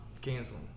canceling